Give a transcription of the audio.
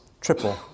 triple